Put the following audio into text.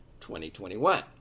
2021